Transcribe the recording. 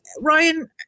Ryan